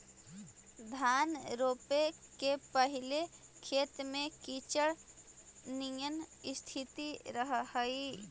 धान रोपे के पहिले खेत में कीचड़ निअन स्थिति रहऽ हइ